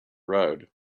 road